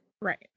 Right